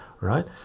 right